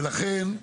ולכן,